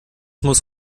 muss